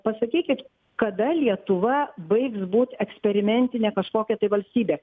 pasakykit kada lietuva baigs būt eksperimentinė kažkokia tai valstybė